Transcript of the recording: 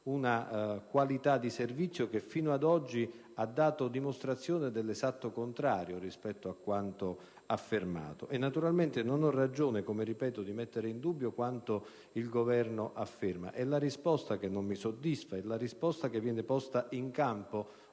una qualità di servizio che fino ad oggi ha dato dimostrazione dell'esatto contrario rispetto a quanto affermato. Naturalmente non ho ragione di mettere in dubbio quanto il Governo afferma. È la risposta che non mi soddisfa; risposta che non viene posta in capo